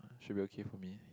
should be okay for me